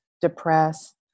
depressed